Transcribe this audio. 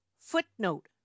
Footnote